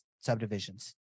subdivisions